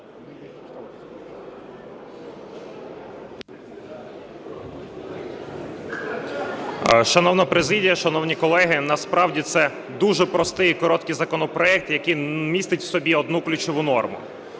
Шановна президія, шановні колеги! Насправді це дуже простий і короткий законопроект, який містить у собі одну ключову норму.